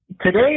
Today